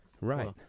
Right